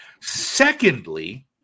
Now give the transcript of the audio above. secondly